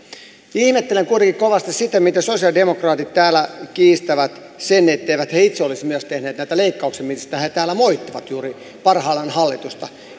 ihmettelen kuitenkin kovasti sitä miten sosialidemokraatit täällä kiistävät sen etteivät he itse olisi myös tehneet näitä leikkauksia joista he he täällä moittivat juuri parhaillaan hallitusta